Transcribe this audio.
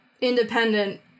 independent